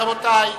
רבותי,